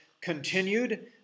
continued